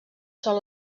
són